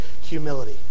humility